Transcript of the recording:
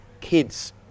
kids